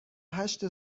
هشت